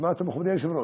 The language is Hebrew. שמעת, מכובדי היושב-ראש?